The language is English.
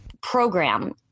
program